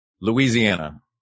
Louisiana